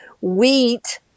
Wheat